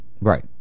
Right